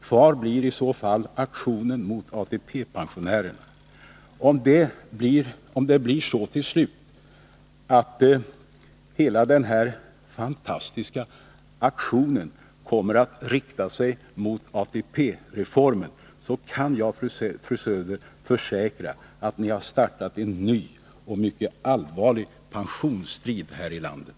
Kvar blir i så fall aktionen mot ATP-pensionärerna. Om det till slut blir så att hela den här fantastiska aktionen kommer att rikta sig mot ATP-reformen, kan jag, fru Söder, försäkra att ni har startat en ny och mycket allvarlig pensionsstrid här i landet.